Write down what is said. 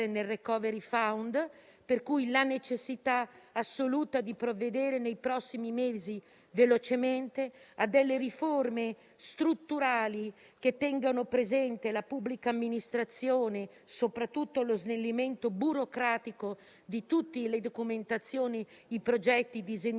il *recovery fund*, con la necessità assoluta di provvedere velocemente, nei prossimi mesi, a delle riforme strutturali che tengano presente la pubblica amministrazione, soprattutto lo snellimento burocratico di tutte le documentazioni, i progetti e i disegni di